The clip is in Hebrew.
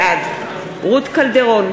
בעד רות קלדרון,